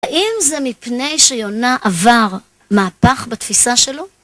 האם זה מפני שיונה עבר מהפך בתפיסה שלו?